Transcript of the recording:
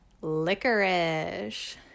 licorice